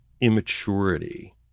immaturity